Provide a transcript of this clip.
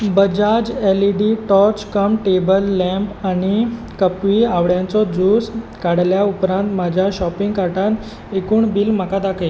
Bajaj LED torch cum table lamp आनी कपवी आंवळ्याचो जूस काडल्या उपरांत म्हज्या शॉपिंग कार्टान एकूण बिल म्हाका दाखय